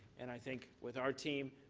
and i think with our team,